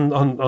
on